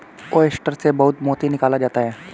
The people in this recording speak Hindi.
ओयस्टर से बहुत मोती निकाला जाता है